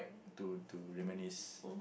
to to reminisce